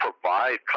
provide